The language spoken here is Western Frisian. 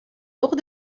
doch